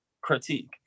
critique